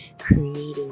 creating